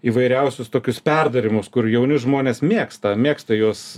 įvairiausius tokius perdarymus kur jauni žmonės mėgsta mėgsta juos